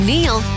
Neil